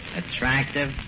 attractive